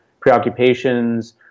preoccupations